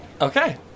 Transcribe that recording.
Okay